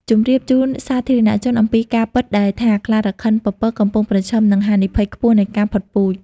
ជម្រាបជូនសាធារណជនអំពីការពិតដែលថាខ្លារខិនពពកកំពុងប្រឈមមុខនឹងហានិភ័យខ្ពស់នៃការផុតពូជ។